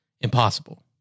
impossible